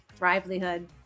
livelihood